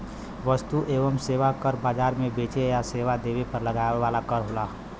वस्तु एवं सेवा कर बाजार में बेचे या सेवा देवे पर लगाया वाला कर होला